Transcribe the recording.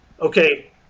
okay